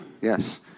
yes